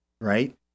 right